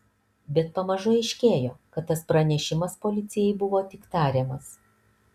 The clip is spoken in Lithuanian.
bet pamažu aiškėjo kad tas pranešimas policijai buvo tik tariamas